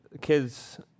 Kids